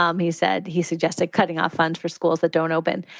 um he said he suggested cutting off funds for schools that don't open.